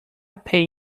pay